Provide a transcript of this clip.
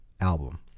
album